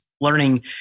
learning